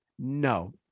No